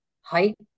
height